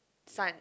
son